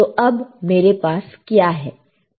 तो अब मेरे पास क्या है